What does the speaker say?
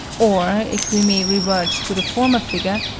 or, if we may revert to the former figure,